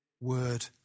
Word